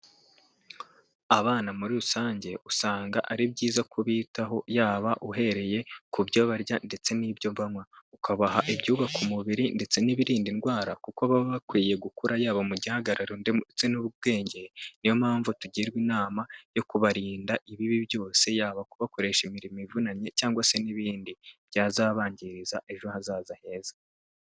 Abana muri rusange usanga ari byiza kubitaho yaba uhereye ku byo barya ndetse n'ibyo banywa, ukabaha ibyubaka umubiri ndetse n'ibirinda indwara kuko baba bakwiye gukura yaba mu gihagararo ndetse ndetse n'ubwenge, ni yo mpamvu tugirwa inama yo kubarinda ibibi byose, yaba kubakoresha imirimo ivunanye cyangwa se n'ibindi byazabangiriza ejo hazaza heza.